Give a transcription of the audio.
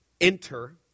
enter